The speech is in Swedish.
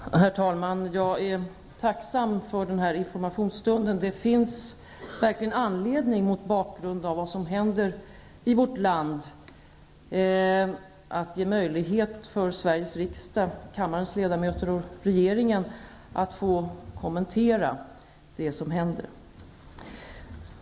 Herr talman! Jag är tacksam för denna informationsstund. Det finns verkligen anledning, mot bakgrund av vad som händer i vårt land, att ge möjlighet för Sveriges riksdag, kammarens ledamöter och regeringen att få kommentera det som händer.